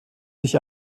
sich